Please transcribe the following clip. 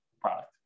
product